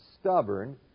stubborn